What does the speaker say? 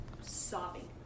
sobbing